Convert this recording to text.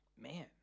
Man